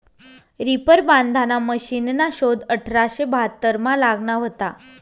reaper बांधाना मशिनना शोध अठराशे बहात्तरमा लागना व्हता